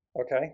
okay